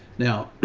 now,